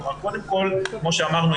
קודם כל כמו שאמרנו,